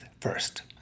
first